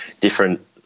different